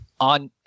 on